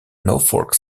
norfolk